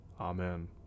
Amen